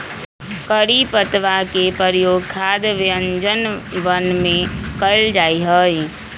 करी पत्तवा के प्रयोग खाद्य व्यंजनवन में कइल जाहई